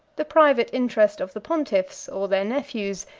the private interest of the pontiffs, or their nephews,